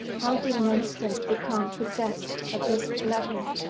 how did manston become possessed of this letter?